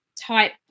type